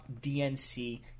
DNC